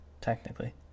technically